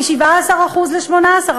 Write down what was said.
מ-17% ל-18%.